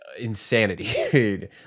insanity